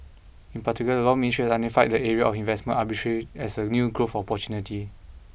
in particular the Law Ministry has identified the area of investment arbitration as a new growth opportunity